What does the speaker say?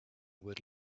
would